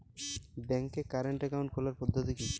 ব্যাংকে current account খোলার পদ্ধতি কি?